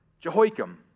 Jehoiakim